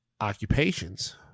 occupations